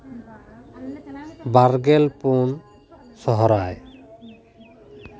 ᱵᱟᱨᱜᱮᱞ ᱯᱩᱱ ᱥᱚᱨᱦᱟᱭ